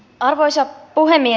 arvoisa puhemies